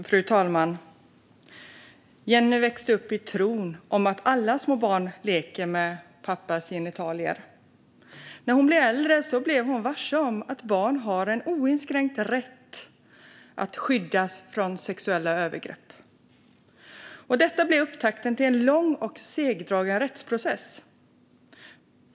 Fru talman! Jenny växte upp i tron att alla små barn leker med pappas genitalier. När hon blev äldre blev hon varse att barn har en oinskränkt rätt att skyddas från sexuella övergrepp, och det blev upptakten till en lång och segdragen rättsprocess.